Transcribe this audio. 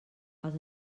els